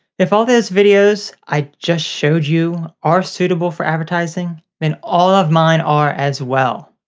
if all those videos i just showed you are suitable for advertising, then all of mine are as well.